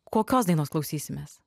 kokios dainos klausysimės